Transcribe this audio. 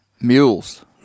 Mules